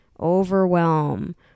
overwhelm